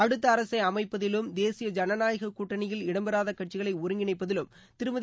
அடுத்த அரசை அமைப்பதிலும் தேசிய தஜனநாயக கூட்டணியில் இடம் பெறாத கட்சிகளை ஒருங்கிணைப்பதிலும் திருமதி